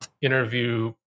Interview